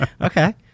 Okay